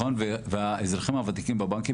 נכון והאזרחים הוותיקים בבנקים,